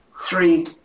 three